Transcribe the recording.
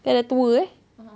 kan dah tua eh